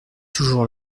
toujours